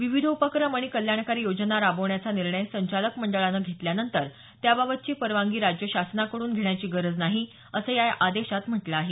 विविध उपक्रम आणि कल्याणकारी योजना राबवण्याचा निर्णय संचालक मंडळानं घेतल्यानंतर त्याबाबतची परवानगी राज्य शासनाकडून घेण्याची गरज नाही असं या आदेशात म्हटलं आहे